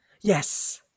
Yes